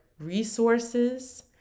resources